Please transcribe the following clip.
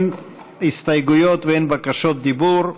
אין הסתייגויות ואין בקשות דיבור,